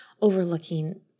overlooking